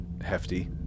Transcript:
hefty